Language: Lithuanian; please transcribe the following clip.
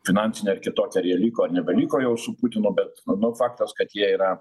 finansinio ar kitokio ar jie liko ar nebeliko jau su putinu bet manau faktas kad jie yra